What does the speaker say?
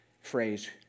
phrase